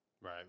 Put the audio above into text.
Right